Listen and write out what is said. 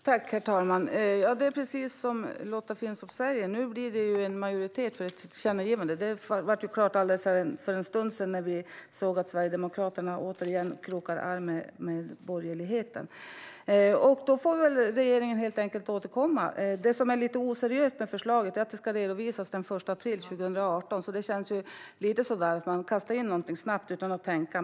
Herr talman! Ja, det är precis som Lotta Finstorp säger. Nu blir det en majoritet för ett tillkännagivande. Det blev klart för en stund sedan när vi såg att Sverigedemokraterna återigen krokade arm med borgerligheten. Då får väl regeringen helt enkelt återkomma. Det som är lite oseriöst med förslaget är att detta ska redovisas den 1 april 2018. Det känns lite som att man snabbt kastar in någonting utan att tänka.